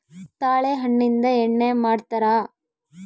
ತಾಳೆ ಹಣ್ಣಿಂದ ಎಣ್ಣೆ ಮಾಡ್ತರಾ